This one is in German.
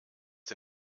sie